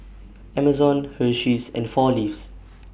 Amazon Hersheys and four Leaves